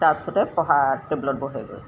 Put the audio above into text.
তাৰপিছতে পঢ়া টেবুলত বহেগৈ